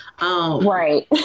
Right